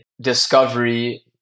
discovery